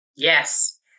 yes